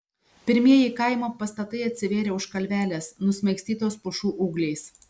pirmieji kaimo pastatai atsivėrė už kalvelės nusmaigstytos pušų ūgliais